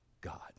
God